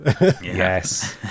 Yes